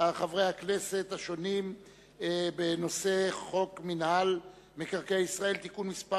חברי הכנסת השונים בנושא חוק מינהל מקרקעי ישראל (תיקון מס'